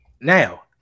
Now